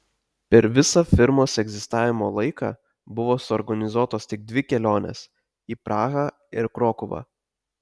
per visą firmos egzistavimo laiką buvo suorganizuotos tik dvi kelionės į prahą ir krokuvą